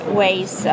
ways